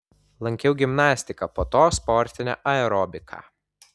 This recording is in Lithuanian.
lankiau gimnastiką po to sportinę aerobiką